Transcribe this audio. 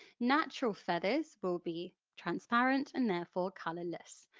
natural feathers will be transparent and therefore colourless,